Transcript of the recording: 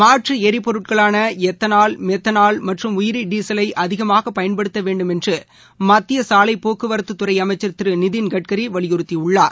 மாற்றுஎரிபொருட்களானஎத்தனால் மெத்தனால் மற்றும் உயிரிடசலைஅதிகமாகப் பயன்படுத்தவேண்டும் என்றுமத்தியசாலைப் போக்குவரத்துத்துறைஅமைச்சர் திருநிதின் கட்கரிவலியுறுத்தியுள்ளார்